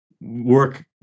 work